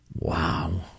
Wow